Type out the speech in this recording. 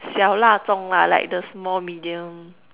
小辣中辣： xiao la zhong la like the small medium